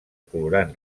colorant